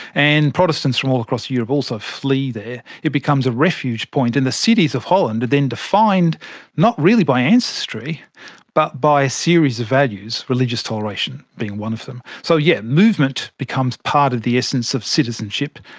and protestants from all across europe also flee there, it becomes a refuge point. and the cities of holland are then defined not really by ancestry but by a series of values, religious toleration being one of them. so yes, movement becomes part of the essence of citizenship,